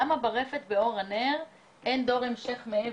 למה ברפת באור הנר אין דור המשך.